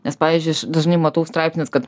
nes pavyzdžiui dažnai matau straipsnius kad